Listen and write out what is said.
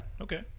Okay